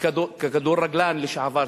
ככדורגלן לשעבר,